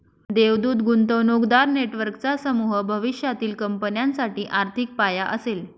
देवदूत गुंतवणूकदार नेटवर्कचा समूह भविष्यातील कंपन्यांसाठी आर्थिक पाया असेल